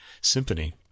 symphony